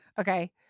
Okay